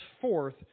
forth